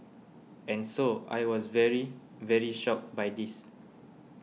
and so I was very very shocked by this